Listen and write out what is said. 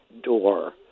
door